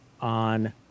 on